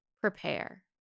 prepare